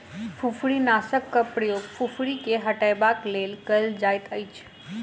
फुफरीनाशकक प्रयोग फुफरी के हटयबाक लेल कयल जाइतअछि